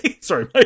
sorry